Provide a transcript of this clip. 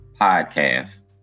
podcast